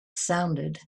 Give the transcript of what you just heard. sounded